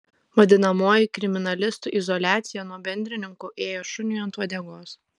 vadinamoji kriminalistų izoliacija nuo bendrininkų ėjo šuniui ant uodegos